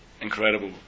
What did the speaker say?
incredible